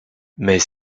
mais